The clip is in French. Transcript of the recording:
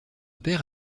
père